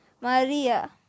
Maria